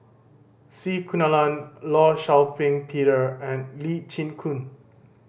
C Kunalan Law Shau Ping Peter and Lee Chin Koon